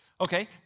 Okay